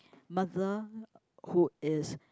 mother who is